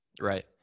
Right